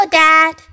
dad